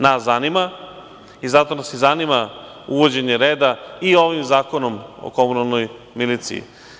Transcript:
Nas zanima i zato nas i zanima uvođenje reda i ovim Zakonom o komunalnoj miliciji.